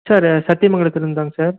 sir சத்தியமங்கலத்தில் இருந்தாங்க sir